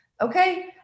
okay